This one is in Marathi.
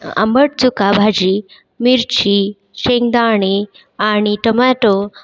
आंबटचुका भाजी मिरची शेंगदाणे आणि टमॅटो